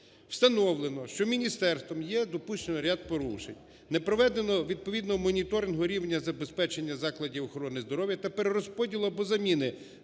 Встановлено, що міністерством є допущено ряд порушень. Не проведено відповідного моніторингу рівня забезпечення закладів охорони здоров'я та перерозподілу або заміни